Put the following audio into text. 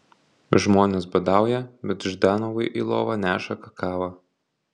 žmonės badauja bet ždanovui į lovą neša kakavą